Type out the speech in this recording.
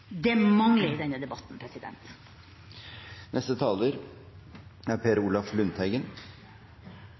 Det mangler i denne debatten.